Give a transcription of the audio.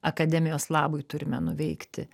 akademijos labui turime nuveikti